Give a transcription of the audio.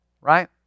Right